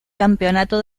campeonato